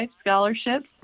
scholarships